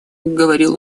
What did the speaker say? говорил